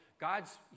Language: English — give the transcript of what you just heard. God's